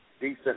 decent